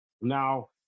Now